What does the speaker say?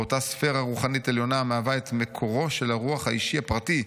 באותה ספירה רוחנית עליונה המהווה את מקורו של הרוח האישי הפרטי.